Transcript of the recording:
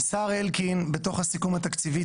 שהשר אלקין בתוך הסיכום התקציבי,